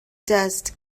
dust